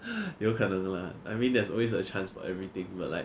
有可能 lah I mean there's always a chance for everything but like